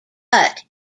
but